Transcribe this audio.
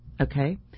Okay